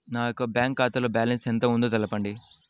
నా యొక్క బ్యాంక్ ఖాతాలో బ్యాలెన్స్ ఎంత ఉందో తెలపండి?